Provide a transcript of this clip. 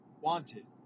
wanted